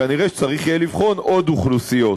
כנראה צריך יהיה לבחון עוד אוכלוסיות.